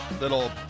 little